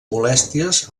molèsties